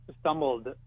stumbled